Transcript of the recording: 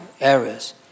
areas